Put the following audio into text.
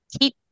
keep